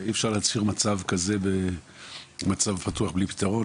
אי-אפשר להשאיר מצב כזה בלי פתרון.